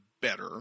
better